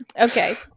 Okay